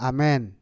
Amen